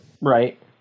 Right